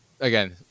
again